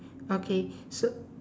okay so